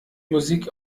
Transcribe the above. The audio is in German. musik